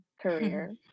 career